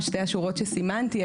שתי השורות שסימנתי,